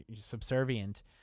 subservient